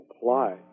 apply